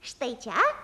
štai čia